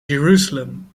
jerusalem